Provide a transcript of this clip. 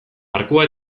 arkua